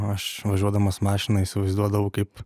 aš važiuodamas mašina įsivaizduodavau kaip